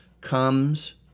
comes